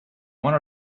one